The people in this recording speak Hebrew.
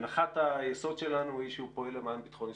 הנחת היסוד שלנו היא שהוא פועל למען ביטחון ישראל,